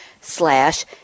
slash